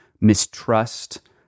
mistrust